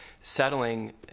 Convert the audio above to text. settling